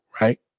right